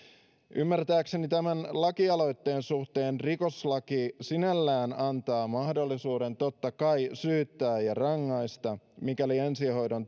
ymmärtääkseni tämän lakialoitteen suhteen rikoslaki sinällään antaa mahdollisuuden totta kai syyttää ja rangaista mikäli ensihoidon